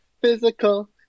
physical